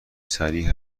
سریع